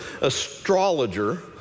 astrologer